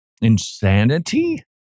insanity